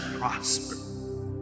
prosper